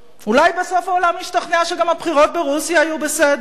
אולי בסוף העולם ישתכנע שגם הבחירות ברוסיה היו בסדר.